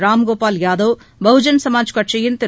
ராம் கோபால் யாதவ் பகுஜன் சமாஜ் கட்சியின் திரு